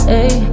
ayy